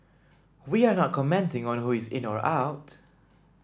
we are not commenting on who is in or out